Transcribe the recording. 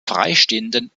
freistehenden